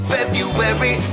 February